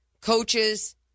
coaches